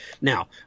Now